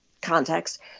context